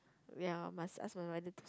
ya must ask her another